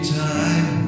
time